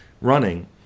running